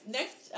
next